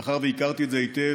מאחר שהכרתי את זה היטב,